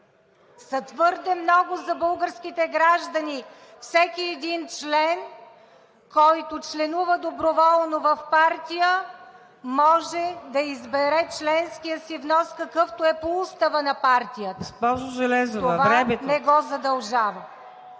твърде много за българските граждани. Всеки един член, който членува доброволно в партия, може да избере членския си внос, какъвто е по Устава на партията. ПРЕДСЕДАТЕЛ